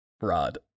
rod